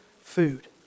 food